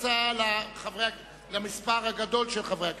ההצעה למספר הגדול ביותר של חברי הכנסת.